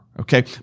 okay